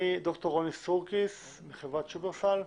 דוקטור רוני סורקיס משופרסל,